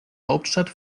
hauptstadt